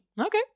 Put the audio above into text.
Okay